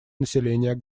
населения